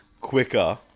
quicker